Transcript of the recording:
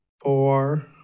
four